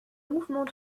mouvements